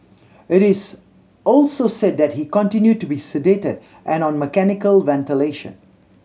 it is also said that he continued to be sedated and on mechanical ventilation